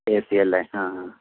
A C അല്ലേ ആ ആ